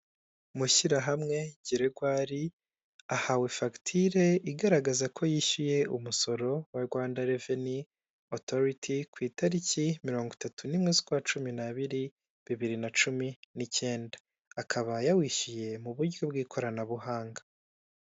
MUSHYIRAHAMWE Geregwari ahawe fagitire igaragaza ko yishyuye umusoro wa Rwanda reveni otoriti ku itariki mirongo itatu n'imwe zukwa cumi n'abiri bibiri na cumi n'ikenda akaba yawishyuye mu buryo bw'ikoranabuhanga.